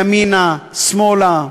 ימינה, שמאלה,